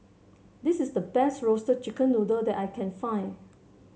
this is the best Roasted Chicken Noodle that I can find